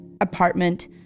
apartment